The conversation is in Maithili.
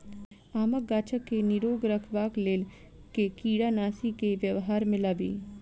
आमक गाछ केँ निरोग रखबाक लेल केँ कीड़ानासी केँ व्यवहार मे लाबी?